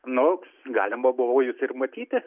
nu galima buvo jus ir matyti